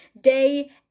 Day